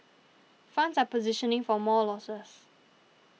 funds are positioning for more losses